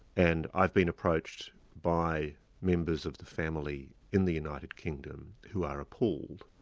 and i've been approached by members of the family in the united kingdom who are appalled,